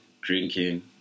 Drinking